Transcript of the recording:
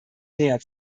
näher